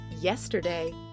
yesterday